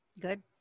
Good